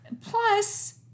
Plus